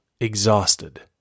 exhausted